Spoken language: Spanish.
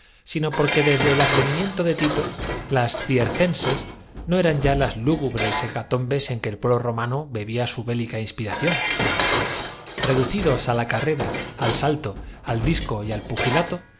sino porque desde el advenimiento de tito las circen llevando teas encendidas y gritando como en la ro ses no eran ya las lúgubres hecatombes en que el pue ma cesárea blo romano bebía su bélica inspiración reducidos á panem et circenses la carrera al salto al disco y al